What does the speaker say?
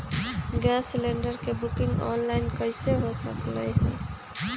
Gas cylinder के booking online कईसे हो सकलई ह?